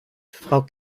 frau